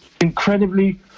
incredibly